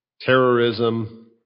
terrorism